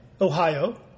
Ohio